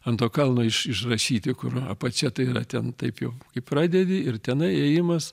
ant to kalno iš išrašyti kur apačia tai yra ten taip jau kai pradedi ir tenai ėjimas